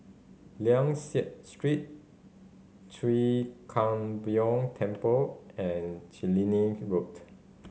Liang Seah Street Chwee Kang Beo Temple and Killiney Road